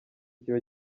kiba